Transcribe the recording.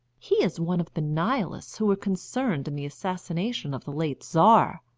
he is one of the nihilists who were concerned in the assassination of the late czar.